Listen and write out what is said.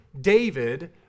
David